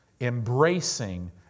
embracing